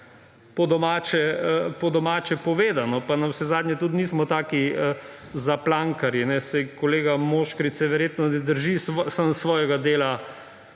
po domače povedano. Pa navsezadnje tudi nismo taki zaplankarji. Saj kolega Moškrič se verjetno ne drži samo svojega dela